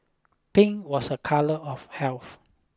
pink was a colour of health